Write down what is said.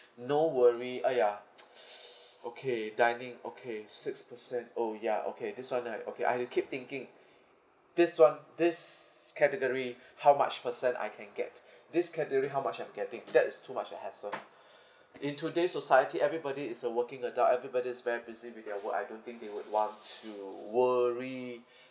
no worry !aiya! okay dining okay six percent oh ya okay this one I okay I'll keep thinking this one this category how much percent I can get this category how much I'm getting that is too much a hassle in today's society everybody is a working adult everybody is very busy with their work I don't think they would want to worry